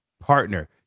partner